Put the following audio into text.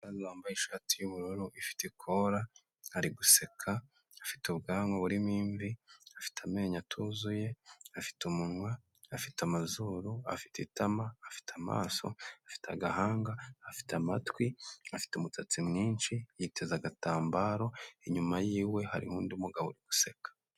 Umusaza wambaye ishati y'ubururu ifite ikora, ari guseka, afite ubwanwa burimo imvi, afite amenyo atuzuye, afite umunwa, afite amazuru, afite itama, afite amaso, afite agahanga, afite amatwi, afite umusatsi mwinshi, yiteze agatambaro. Inyuma y'iwe hari undi mugabo useka.